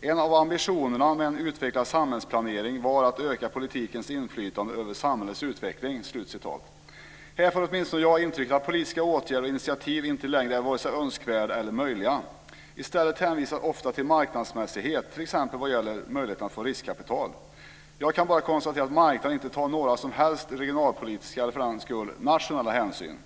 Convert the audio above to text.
"En av ambitionerna med en utvecklad samhällsplanering var att öka politikens inflytande över samhällets utveckling." Här får åtminstone jag intrycket att politiska åtgärder och initiativ inte längre är vare sig önskvärda eller möjliga. I stället hänvisas ofta till marknadsmässighet, t.ex. vad gäller möjligheterna att få tillgång till riskkapital. Jag kan konstatera att marknaden inte tar några som helst regionalpolitiska eller för den delen nationella hänsyn.